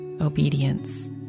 obedience